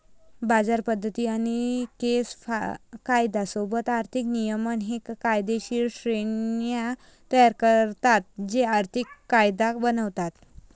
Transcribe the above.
बाजार पद्धती आणि केस कायदा सोबत आर्थिक नियमन हे कायदेशीर श्रेण्या तयार करतात जे आर्थिक कायदा बनवतात